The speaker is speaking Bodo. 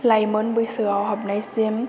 लाइमोन बैसोयाव हाबनाय सिम